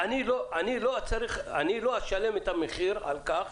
אני לא אשלם את המחיר על כך